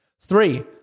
Three